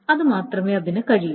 അത് മാത്രമേ അതിന് കഴിയൂ